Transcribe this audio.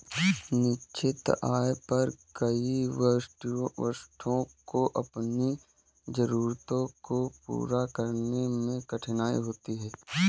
निश्चित आय पर कई वरिष्ठों को अपनी जरूरतों को पूरा करने में कठिनाई होती है